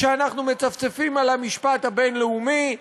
כשאנחנו מצפצפים על המשפט הבין-לאומי,